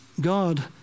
God